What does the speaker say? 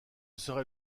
serait